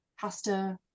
pasta